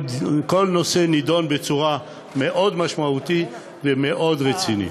כל נושא נדון בצורה מאוד משמעותית ומאוד רצינית.